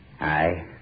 Aye